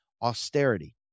austerity